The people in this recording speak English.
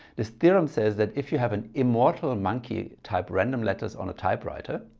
this theorem says that if you have an immortal monkey type random letters on a typewriter,